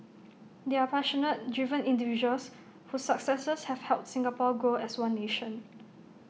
they are passionate driven individuals whose successes have helped Singapore grow as one nation